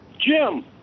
Jim